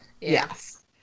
Yes